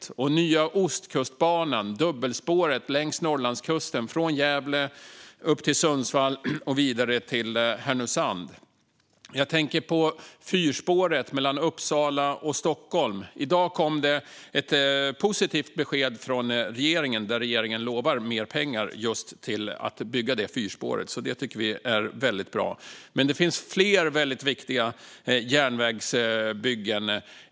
Jag tänker på nya Ostkustbanan, dubbelspåret längs Norrlandskusten från Gävle upp till Sundsvall och vidare till Härnösand. Jag tänker på fyrspåret mellan Uppsala och Stockholm. I dag kom det ett positivt besked från regeringen om att regeringen lovar mer pengar just till att bygga detta fyrspår. Det tycker vi är väldigt bra. Men det finns fler väldigt viktiga järnvägsbyggen.